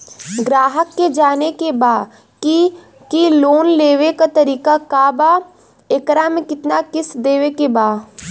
ग्राहक के जाने के बा की की लोन लेवे क का तरीका बा एकरा में कितना किस्त देवे के बा?